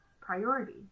priority